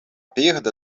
perda